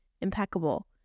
impeccable